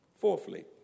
Fourthly